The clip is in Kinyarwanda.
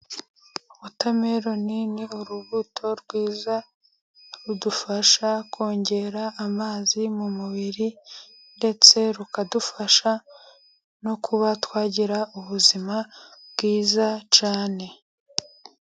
Wotameruni ni urubuto rwiza, rudufasha kongera amazi mu mubiri, ndetse rukadufasha no kuba twagira ubuzima bwiza cyane.